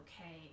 okay